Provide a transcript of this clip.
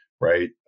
right